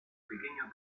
pequeño